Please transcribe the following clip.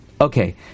Okay